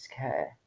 care